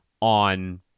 on